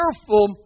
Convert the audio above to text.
careful